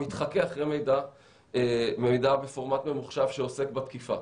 מתחכך במידע בפורמט ממוחשב שעוסק בתקיפה.